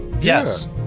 Yes